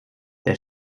der